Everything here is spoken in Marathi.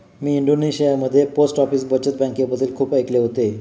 मी इंडोनेशियामध्ये पोस्ट ऑफिस बचत बँकेबद्दल खूप ऐकले होते